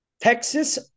Texas